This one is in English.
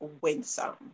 winsome